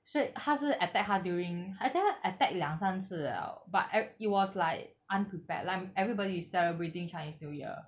所以他是 attack 他 during I think 他 attack 两三次 liao but ev~ it was like unprepared like everybody is celebrating chinese new year